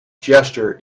gesture